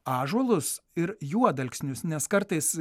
ąžuolus ir juodalksnius nes kartais